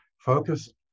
focus